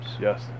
Yes